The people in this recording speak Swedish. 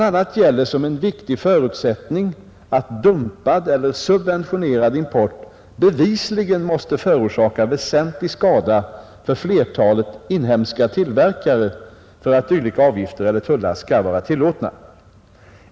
a. gäller som en viktig förutsättning att dumpad eller subventionerad import bevisligen måste förorsaka väsentlig skada för flertalet inhemska tillverkare för att dylika avgifter eller tullar skall vara tillåtna.